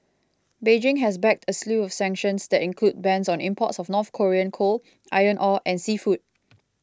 Beijing has backed a slew of sanctions that include bans on imports of North Korean coal iron ore and seafood